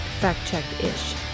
fact-check-ish